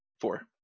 Four